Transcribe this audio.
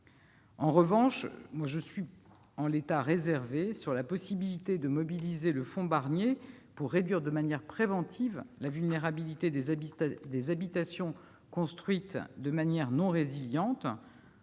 En revanche, je suis, en l'état, réservée sur la possibilité de mobiliser le fonds Barnier pour réduire de manière préventive la vulnérabilité des habitations construites de manière non résiliente.